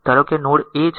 ધારો કે તે નોડ a છે